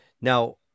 Now